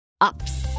ups